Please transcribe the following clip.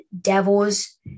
Devils